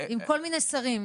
עם כל מיני שרים,